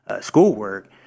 schoolwork